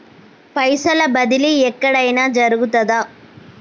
పైసల బదిలీ ఎక్కడయిన జరుగుతదా?